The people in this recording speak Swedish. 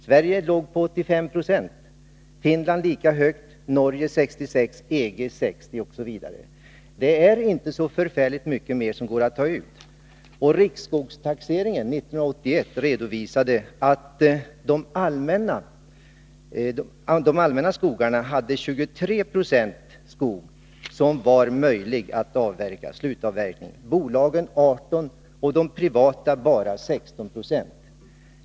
Sverige ligger på 85 20, Finland lika högt, Norge på 66 20 och EG på 60 96. Det går inte att ta ut så förfärligt mycket mer. Riksskogstaxeringen 1981 redovisade att de allmänna skogarna hade 23 96 skog som var möjlig att slutavverka, bolagen 18 96 och de privata 16 26.